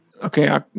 Okay